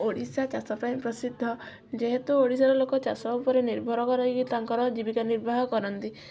ଓଡ଼ିଶା ଚାଷ ପାଇଁ ପ୍ରସିଦ୍ଧ ଯେହେତୁ ଓଡ଼ିଶାର ଲୋକ ଚାଷ ଉପରେ ନିର୍ଭର କରାଇକି ତାଙ୍କର ଜୀବିକା ନିର୍ବାହ କରନ୍ତି